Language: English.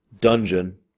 Dungeon